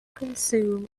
consume